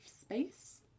space